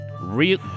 Real